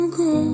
go